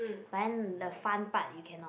but then the fun part you cannot